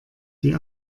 die